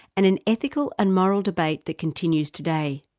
and an ethical and moral debate that continues today.